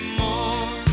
more